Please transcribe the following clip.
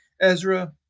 Ezra